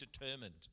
determined